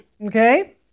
okay